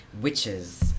Witches